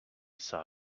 saw